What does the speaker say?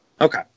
Okay